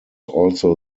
also